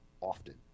often